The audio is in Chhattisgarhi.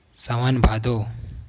सावन भादो